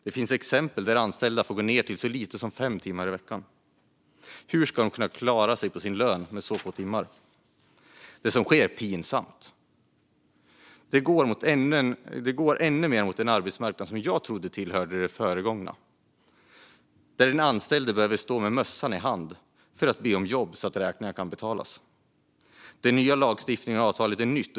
Det finns exempel där anställda får gå ned till så lite som fem timmar i veckan. Hur ska de kunna klara sig på sin lön med så få timmar? Det som sker är pinsamt. Det går ännu mer mot en arbetsmarknad som jag trodde tillhörde det förgångna, där den anställde behöver stå med mössan i hand för att be om jobb så att räkningarna kan betalas. Lagstiftningen är ny och avtalet är nytt.